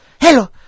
hello